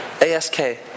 A-S-K